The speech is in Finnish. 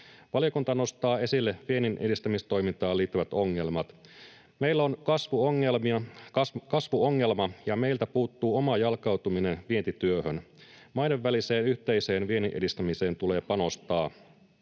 Valiokunta nostaa esille vienninedistämistoimintaan liittyvät ongelmat. Meillä on kasvuongelma, ja meiltä puuttuu oma jalkautuminen vientityöhön. Maiden väliseen yhteiseen viennin edistämiseen tulee panostaa.